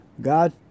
god